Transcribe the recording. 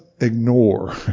ignore